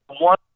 one